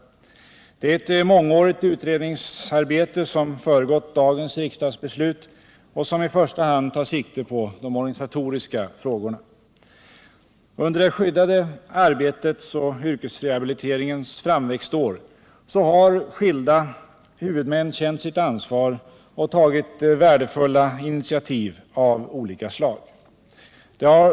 Det är ett mångårigt utredningsarbete som föregått dagens riksdagsbeslut och som i första hand tar sikte på de organisatoriska frågorna. Under det skyddade arbetets och yrkesrehabiliteringens framväxtår har skilda huvudmän känt sitt ansvar och tagit värdefulla initiativ av olika slag.